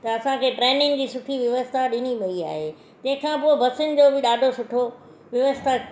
त असांखे ट्रेनिन जी सुठी व्यवस्था ॾिनी वई आहे तंहिंखां पोइ बसीन जो बि ॾाढो सुठो व्यवस्था